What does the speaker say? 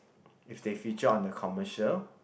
if they feature on the commercial